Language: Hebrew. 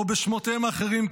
או בשמותיהם האחרים,